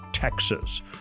Texas